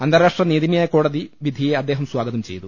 അന്താരാഷ്ട്ര നീതിന്യായ കോടതി വിധിയെ അദ്ദേഹം സ്ഥാഗതം ചെയ്തു